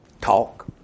Talk